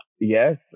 yes